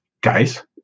Guys